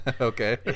Okay